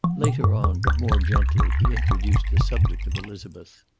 later on, but more gently, he introduced the subject of elizabeth.